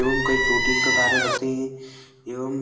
एवं कई प्रोटीन का कार्य करते हैं एवं